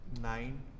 nine